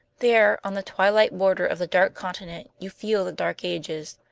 there, on the twilight border of the dark continent, you feel the dark ages.